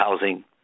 housing